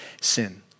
sin